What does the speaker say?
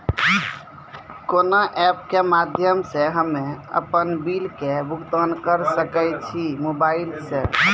कोना ऐप्स के माध्यम से हम्मे अपन बिल के भुगतान करऽ सके छी मोबाइल से?